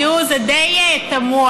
תראו, זה די תמוה.